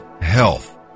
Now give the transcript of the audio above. health